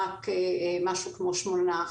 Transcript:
רק כ-8%.